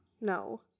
No